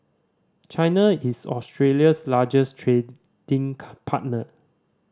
China is Australia's largest trading partner